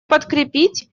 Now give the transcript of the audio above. подкрепить